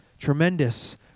Tremendous